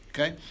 Okay